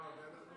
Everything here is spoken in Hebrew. לא לחוק, רק, איך?